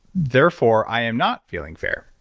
therefore, i am not feeling fair.